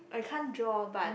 I can't draw but